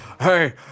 hey